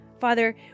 Father